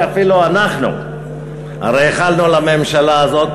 שאפילו אנחנו הרי איחלנו לממשלה הזאת,